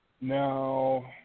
now